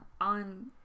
on